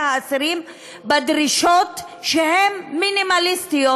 האסירים בדרישות שהן מינימליסטיות,